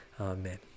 Amen